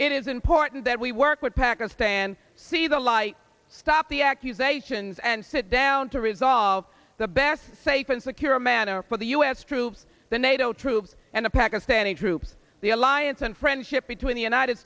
taliban it is important that we work with pakistan see the light stop the accusations and sit down to resolve the best safe and secure manner for the u s troops the nato troops and the pakistani troops the alliance and friendship between the united